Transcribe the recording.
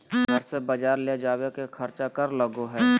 घर से बजार ले जावे के खर्चा कर लगो है?